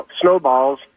snowballs